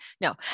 no